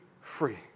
free